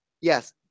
yes